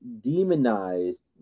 demonized